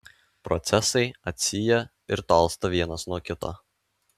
procesai atsyja ir tolsta vienas nuo kito